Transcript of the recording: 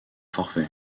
forfait